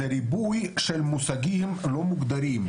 זה ריבוי של מושגים לא מוגדרים.